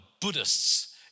Buddhists